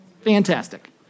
Fantastic